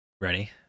Ready